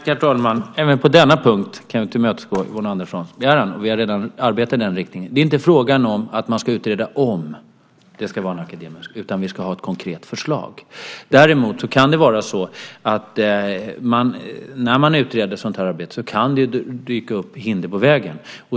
Herr talman! Även på denna punkt kan jag tillmötesgå Yvonne Anderssons begäran. Vi arbetar redan i den riktningen. Det är inte fråga om att utreda om det ska vara en akademisk utbildning, utan vi ska ha ett konkret förslag. Däremot kan det ju när man gör ett sådant utredningsarbete dyka upp hinder på vägen.